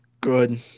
good